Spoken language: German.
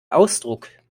ausdruck